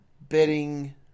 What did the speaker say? Betting